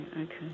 okay